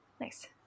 Nice